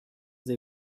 they